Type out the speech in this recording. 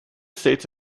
states